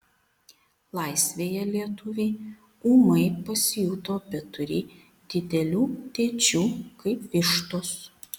laisvėje lietuviai ūmai pasijuto beturį didelių dėčių kaip vištos